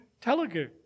Telugu